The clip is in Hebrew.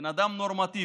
בן אדם נורמטיבי.